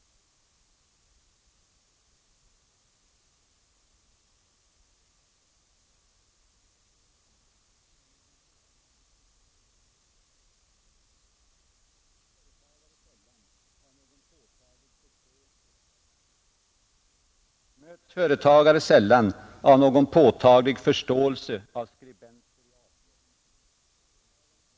Som bekant möts företagare sällan av någon påtaglig förståelse av skribenter i A-pressen när de nu håller på att knäckas ekonomiskt bl.a. på grund av regeringens ständigt kostnadsfördyrande politik.